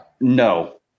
No